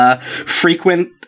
Frequent